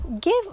give